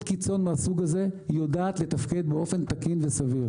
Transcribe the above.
קיצון מהסוג הזה היא יודעת לתפקד באופן תקין וסביר.